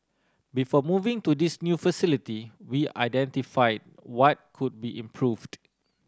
before moving to this new facility we identify what could be improved